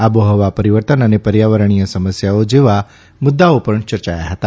આબોહવા પરિવર્તન અને પર્યાવરણીય સમસ્યાઓ જેવા મુદ્દાઓ પણ ચર્ચાયા હતા